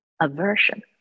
aversion